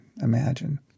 imagine